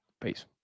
Peace